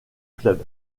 club